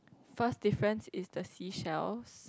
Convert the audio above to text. first difference is the seashells